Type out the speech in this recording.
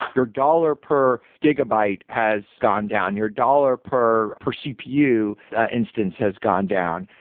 your dollar per gigabyte has gone down. your dollar per per cpu ah instance has gone down.